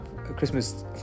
Christmas